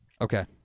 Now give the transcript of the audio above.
Okay